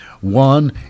one